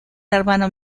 hermano